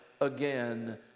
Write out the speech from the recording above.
again